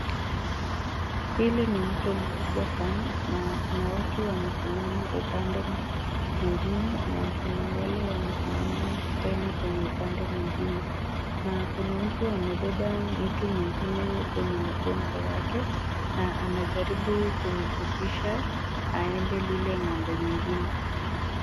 Hili ni mto mkubwa sana na kuna watu wame simama upande mwingine na kuna wale wamesimama tena kwenye upande mwingine na kuna mtu amebeba mtu mwingine kwenye mgongo wake na anajaribu kumvukisha aende lile ng'ambo nyingine.